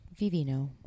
Vivino